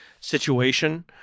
situation